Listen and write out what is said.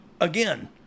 again